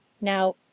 Now